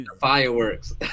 fireworks